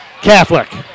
Catholic